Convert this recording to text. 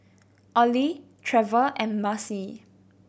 Ollie Trever and Marcy